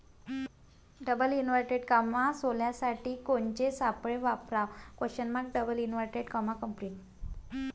सोल्यासाठी कोनचे सापळे वापराव?